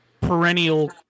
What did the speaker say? perennial